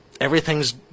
Everything's